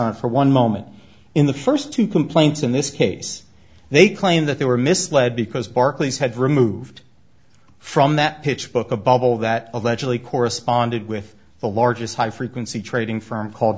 on for one moment in the first two complaints in this case they claim that they were misled because barclays had removed from that pitch book a bubble that allegedly corresponded with the largest high frequency trading firm called